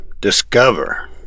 discover